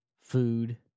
food